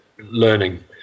learning